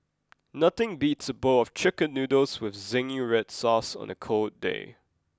nothing beats a bowl of chicken noodles with zingy red sauce on a cold day